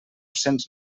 cents